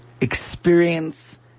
experience